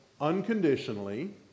unconditionally